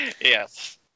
Yes